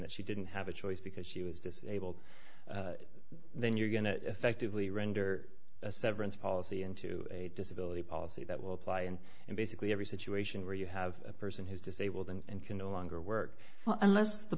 that she didn't have a choice because she was disabled then you're going to effectively render a severance policy into a disability policy that will apply in and basically every situation where you have a person who's disabled and can no longer work unless the